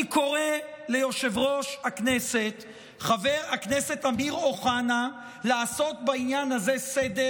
אני קורא ליושב-ראש הכנסת חבר הכנסת אמיר אוחנה לעשות בעניין הזה סדר.